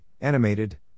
animated